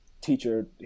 teacher